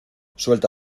suelta